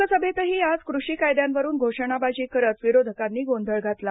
लोकसभेतही आज कृषी कायद्यांवरून घोषणाबाजी करत विरोधकांनी गोंधळ घातला